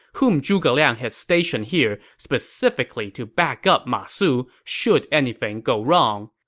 whom zhuge liang had stationed here specifically to back up ma su should anything go wrong,